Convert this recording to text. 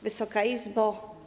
Wysoka Izbo!